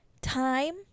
time